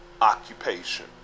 occupation